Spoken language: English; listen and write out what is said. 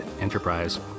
enterprise